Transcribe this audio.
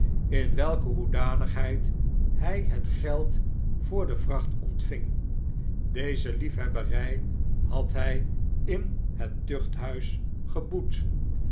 in welke hoedanigheid hy het geld voor de vracht ontving deze liefhebbery had hij in het tuchthuis geboet